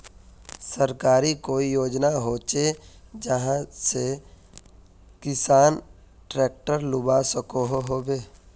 सरकारी कोई योजना होचे जहा से किसान ट्रैक्टर लुबा सकोहो होबे?